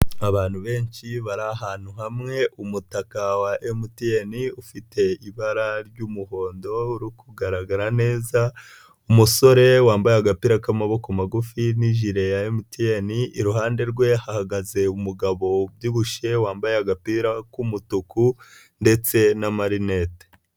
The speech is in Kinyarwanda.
Abantu benshi bari ahantu hamwe, umutaka wa MTN, ufite ibara ry'umuhondo, uri kugaragara neza, umusore wambaye agapira k'amaboko magufi n'ijile ya MTN, iruhande rwe hahagaze umugabo ubyibushye, wambaye agapira k'umutuku ndetse n'amarinete.